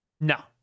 No